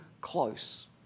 Close